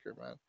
man